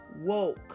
woke